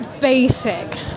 basic